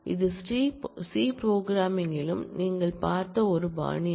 இது சி ப்ரோக்ராம்மிங்கிலும் நீங்கள் பார்த்த ஒரு பாணி